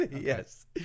Yes